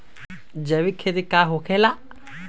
जैविक खेती का होखे ला?